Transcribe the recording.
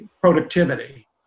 productivity